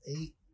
eight